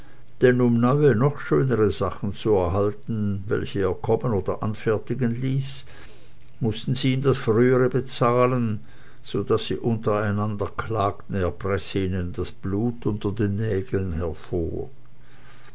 denn um neue nach schönere sachen zu erhalten welche er kommen oder anfertigen ließ mußten sie ihm das frühere bezahlen so daß sie untereinander klagten er presse ihnen das blut unter den nägeln hervor